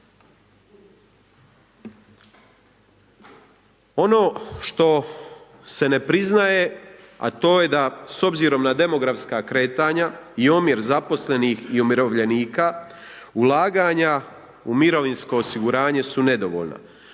Ono što se ne priznaje a to je da s obzirom na demografska kretanja i omjer zaposlenih i umirovljenika ulaganja u mirovinsko osiguranje su nedovoljna,